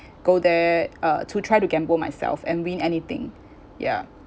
go there uh to try to gamble myself and win anything ya